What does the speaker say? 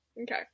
Okay